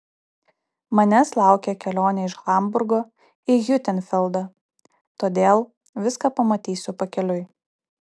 manęs laukia kelionė iš hamburgo į hiutenfeldą todėl viską pamatysiu pakeliui